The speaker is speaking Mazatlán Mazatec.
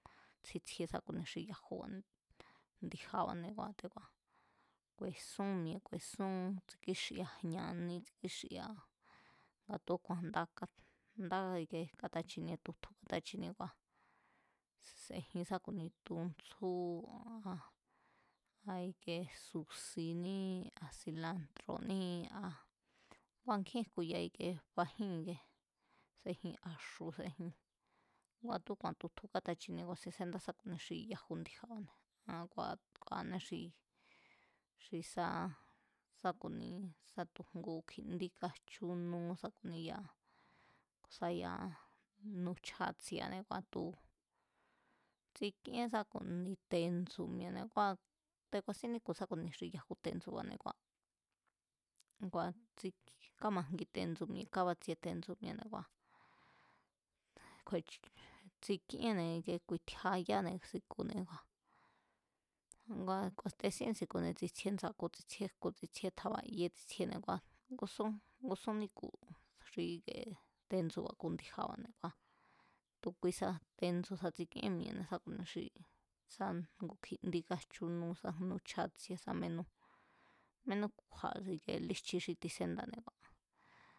Tsjie sá ku̱ni xi yajuba̱ne̱ ndi̱ja̱ba̱ne̱, te̱ku̱a̱ ku̱e̱sún mi̱e̱ ku̱e̱sún, tsi̱kíxia̱ jña̱ aní tsi̱kíxia̱ nga tu̱úku̱a̱n nda ká, ndá ikie kátachinie tutju kátachinie kua̱, se̱jin sá ku̱ni tutsjú sá ikie a susiní a silantro̱ní a kua̱ nkjín jku̱ya ikie fajín ikie sejin axu̱ sejin ngua̱ tu̱úku̱a̱n tutju katachinie ku̱a̱sin séndá sá ku̱ni xi yaju ndi̱ja̱ba̱ne̱, ne̱a ngua̱ ku̱a̱anée̱ sá ku̱ni xi, xi sá ku̱ni sá tu̱ jngu kjindí kájchúnú sá ku̱ni ya̱a, ku̱ sá ya̱a nu chjátsi̱e̱ané ngua̱ tu̱ tsikíén sá ku̱nia ngu tendsu̱ mi̱e̱ne̱ ngua̱ te̱ ku̱a̱sín níku̱ sá ku̱ni xi yaju tandsu̱ba̱ne̱ kua̱, ngua̱ tsi, kámajngi tendsu̱, kábatsie tendsu̱ mi̱e̱ne̱ kua̱ kju̱e̱ch, tsikíenne̱ ku̱i̱tjiayáne̱ si̱ku̱ne̱ kua̱, ngua̱ ku̱e̱jtesíén si̱ku̱ne̱ ngua̱ tsi̱tsjie ndsa̱ku̱ tsitsjie, tsi̱tsjie tja̱ba̱ ye tsi̱tsjiene̱ ngua ngusún, ngusún níku̱ xi ikie tendsu̱ba̱ ku̱ ndi̱ja̱ne̱ kua̱ tu̱ kuisa tendsu̱ sa tsikíén mi̱e̱ sá ku̱ni xi sa ngu kjindí kájchúnú sa nu chjátsi̱e̱ sá menú, menú kju̱a̱ líjchi xí tiséndáne̱ te̱kua̱